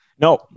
No